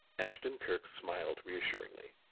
ashton-kirk smiled reassuringly.